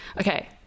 okay